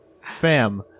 Fam